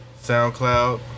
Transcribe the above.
SoundCloud